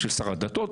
של שר הדתות?